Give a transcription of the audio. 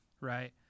right